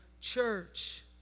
church